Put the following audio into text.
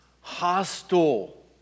hostile